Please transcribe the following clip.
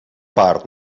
part